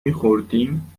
میخوردیم